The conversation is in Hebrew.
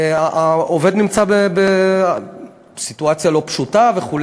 סיטואציות שעובד נמצא בסיטואציה לא פשוטה וכו'.